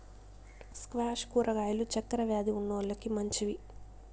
squash కూరగాయలు చక్కర వ్యాది ఉన్నోలకి మంచివి